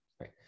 right